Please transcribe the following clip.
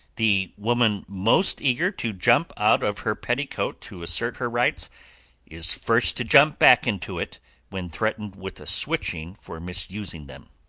the woman most eager to jump out of her petticoat to assert her rights is first to jump back into it when threatened with a switching for misusing them.